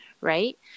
right